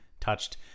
touched